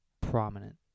prominent